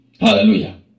hallelujah